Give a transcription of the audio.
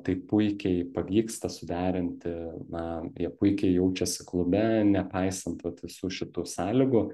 tai puikiai pavyksta suderinti na jie puikiai jaučiasi klube nepaisant visų šitų sąlygų